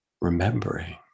remembering